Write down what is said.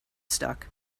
stuck